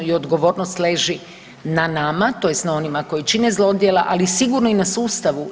I odgovornost leži na nama tj. na onima koji čine zlodjela, ali sigurno i na sustavu.